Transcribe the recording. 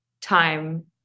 time